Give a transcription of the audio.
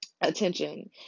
attention